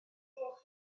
gloch